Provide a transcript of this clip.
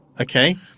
Okay